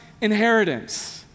inheritance